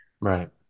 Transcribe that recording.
Right